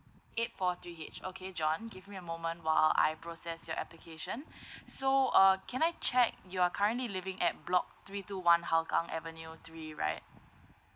eight four three H okay john give me a moment while I process your application so uh can I check you are currently living at block three two one hougang avenue three right